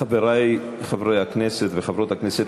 חברי חברי הכנסת וחברות הכנסת,